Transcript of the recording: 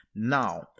Now